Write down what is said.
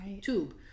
tube